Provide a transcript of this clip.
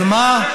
אבל מה,